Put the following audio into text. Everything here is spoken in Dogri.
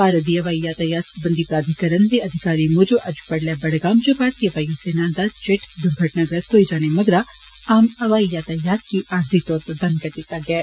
भारत दी हवाई यातायात सरबंधी प्राधीकरण दे अधिकारी मूजब अज्ज बड़ुले बड़गाम च भारतीय वायू सेना दा जेट दुर्घटनाग्रस्त होई जाने मगरा आम हवाई यातायात गी आरजी तौर उप्पर बंद करी दिता गेआ ऐ